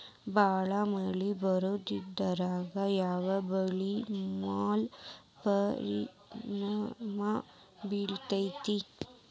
ಭಾಳ ಮಳಿ ಬರೋದ್ರಿಂದ ಯಾವ್ ಬೆಳಿ ಮ್ಯಾಲ್ ಪರಿಣಾಮ ಬಿರತೇತಿ?